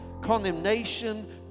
condemnation